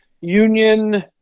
Union